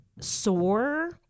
sore